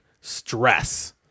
stress